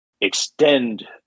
extend